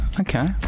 Okay